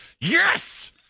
Yes